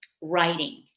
writing